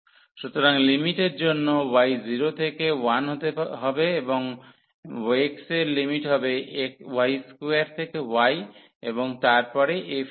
সুতরাং লিমিটের জন্য y 0 থেকে 1 হভে এবং x এর লিমিট হবে y2 থেকে y এবং তারপর fxydxdy